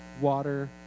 water